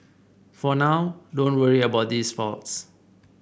for now don't worry about these faults